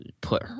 put